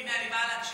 הינה, אני באה להקשיב.